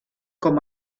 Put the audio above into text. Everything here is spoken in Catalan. com